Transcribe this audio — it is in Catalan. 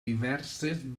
diverses